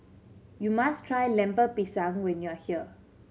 you must try Lemper Pisang when you are here